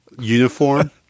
uniform